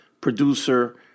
producer